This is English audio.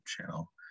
channel